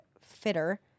fitter